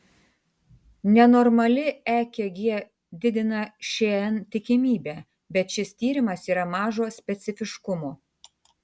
nenormali ekg didina šn tikimybę bet šis tyrimas yra mažo specifiškumo